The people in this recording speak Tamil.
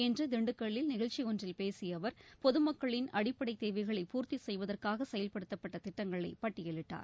இன்று திண்டுக்கல்லில் நிகழ்ச்சி ஒன்றில் பேசிய அவர் பொதுமக்களின் அடிப்படைத் தேவைகளை பூர்த்தி செய்வதற்காக செயல்படுத்தப்பட்ட திட்டங்களை பட்டியலிட்டார்